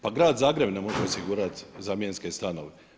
Pa Grad Zagreb ne može osigurati zamjenske stanove.